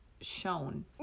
shown